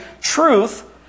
truth